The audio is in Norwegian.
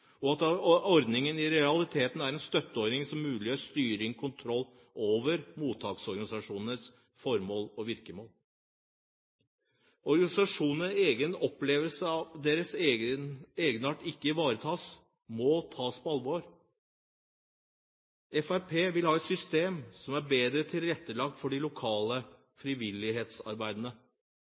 og at ordningen i realiteten er en støtteordning som muliggjør styring og kontroll over mottakerorganisasjonenes formål og virkemåte. Organisasjonenes egen opplevelse av at deres egenart ikke ivaretas, må tas på alvor. Fremskrittspartiet vil ha et system som er bedre tilrettelagt for den lokale frivilligheten og for de lokale